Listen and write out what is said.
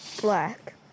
black